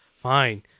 Fine